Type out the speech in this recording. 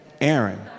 Aaron